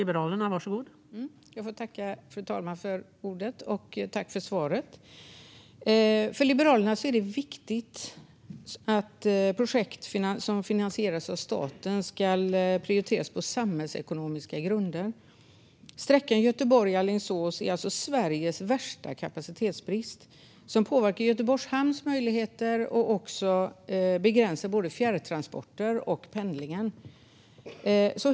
Fru talman! Jag tackar statsrådet för svaret. För Liberalerna är det viktigt att projekt som finansieras av staten prioriteras på samhällsekonomiska grunder. Göteborg-Alingsås är den sträcka i Sverige med störst kapacitetsbrist. Detta påverkar Göteborgs hamns möjligheter och begränsar både fjärrtrafik och pendling.